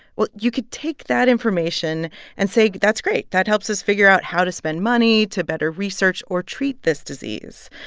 well, you could take that information and say, that's great that helps us figure out how to spend money to better research or treat this disease.